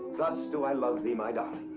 thus do i love thee, my darling.